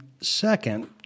Second